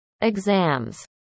exams